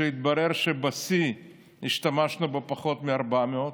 והתברר שבשיא השתמשנו בפחות מ-400,